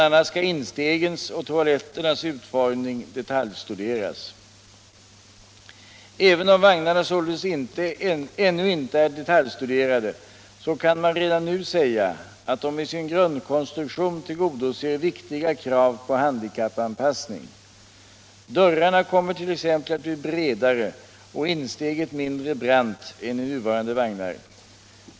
a. skall instegens och toaletternas utformning detaljstuderas. Även om vagnarna således ännu inte är detaljstuderade, så kan man redan nu säga att de i sin grundkonstruktion tillgodoser viktiga krav på handikappanpassning. Dörrarna kommer t.ex. att bli bredare och insteget mindre brant än i nuvarande vagnar.